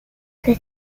the